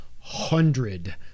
hundred